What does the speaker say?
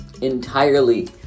entirely